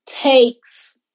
takes